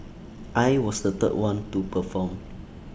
I was the third one to perform